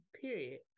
Period